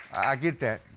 i get that.